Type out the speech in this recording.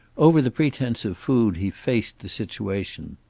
over the pretence of food he faced the situation.